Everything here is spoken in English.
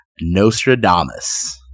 Nostradamus